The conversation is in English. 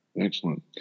Excellent